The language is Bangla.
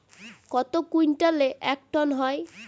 কত কুইন্টালে এক টন হয়?